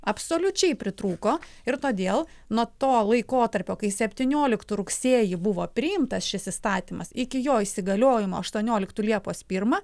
absoliučiai pritrūko ir todėl nuo to laikotarpio kai septynioliktų rugsėjį buvo priimtas šis įstatymas iki jo įsigaliojimo aštuonioliktų liepos pirmą